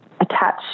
attach